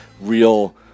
real